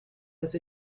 was